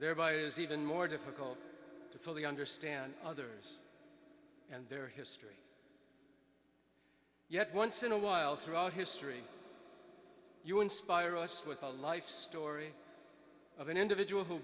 thereby it is even more difficult to fully understand others and their history yet once in a while throughout history you inspire us with a life story of an individual who